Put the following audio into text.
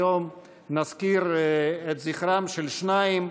היום נזכיר את זכרם של שניים: